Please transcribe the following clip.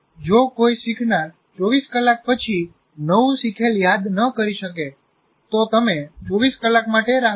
જો કોઈ શીખનાર 24 કલાક પછી નવું સીખેલ યાદ ન કરી શકે તો તમે 24 કલાક માટે રાહ જુઓ